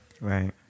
Right